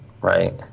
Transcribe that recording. Right